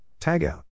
Tagout